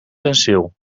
penseel